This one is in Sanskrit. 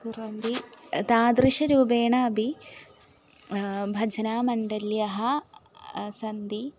कुर्वन्दि तादृशरूपेण अपि भजनमण्डल्यः सन्ति